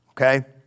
okay